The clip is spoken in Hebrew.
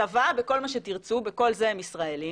בצבא בכל מה שתרצו, בכל זה הם ישראלים.